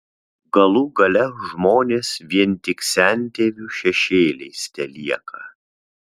galų gale žmonės vien tik sentėvių šešėliais telieka